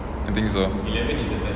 I think so